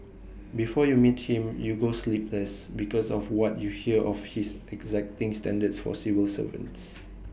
before you meet him you go sleepless because of what you hear of his exacting standards for civil servants